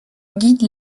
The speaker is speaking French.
guide